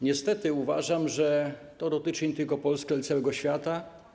Niestety uważam, że to dotyczy nie tylko Polski, ale i całego świata.